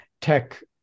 tech